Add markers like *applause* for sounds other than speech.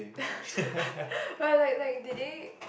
*laughs* but like like did they